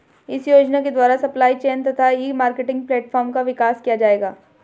इस योजना के द्वारा सप्लाई चेन तथा ई मार्केटिंग प्लेटफार्म का विकास किया जाएगा